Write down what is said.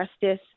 justice